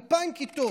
2,000 כיתות.